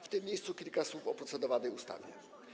W tym miejscu powiem kilka słów o procedowanej ustawie.